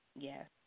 yes